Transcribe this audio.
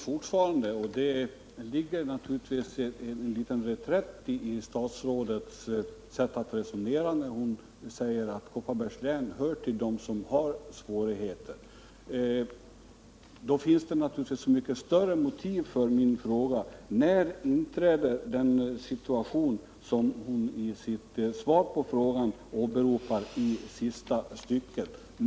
Herr talman! Det ligger naturligtvis en liten reträtt i statsrådets sätt att resonera när hon säger att Kopparbergs län hör till de län som har svårigheter. Då finns det så mycket större motiv för min fråga: När inträder den situation som statsrådet nämner i sista stycket av frågesvaret?